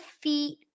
feet